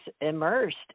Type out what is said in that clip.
immersed